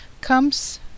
comes